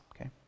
okay